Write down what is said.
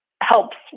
helps